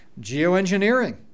Geoengineering